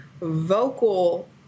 vocal